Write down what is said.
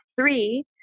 three